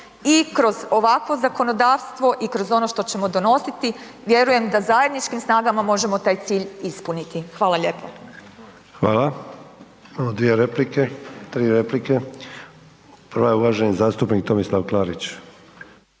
i kroz ovakvo zakonodavstvo i kroz ono što ćemo donositi, vjerujem da zajedničkim snagama možemo taj cilj ispuniti. Hvala lijepo. **Sanader, Ante (HDZ)** Hvala. Imamo tri replike, prva je uvaženi zastupnik Tomislav Klarić.